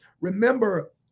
Remember